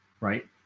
right